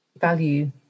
value